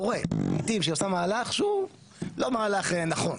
קורה לעיתים שהיא עושה מהלך שהוא לא מהלך נכון,